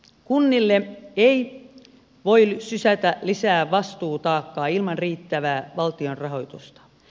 kunnille ei voi sysätä lisää vastuutaakkaa ilman riittävää valtionrahoitusta